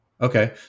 Okay